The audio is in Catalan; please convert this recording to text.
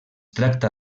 tracta